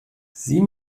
sieh